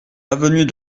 avenue